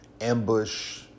ambush